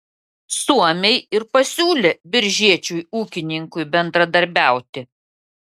suomiai ir pasiūlė biržiečiui ūkininkui bendradarbiauti